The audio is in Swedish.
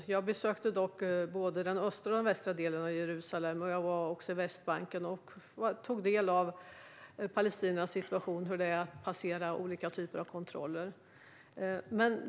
Jag besökte dock både den östra och den västra delen av Jerusalem. Jag var också på Västbanken och tog del av palestiniernas situation och hur det är att passera olika typer av kontroller.